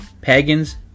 pagans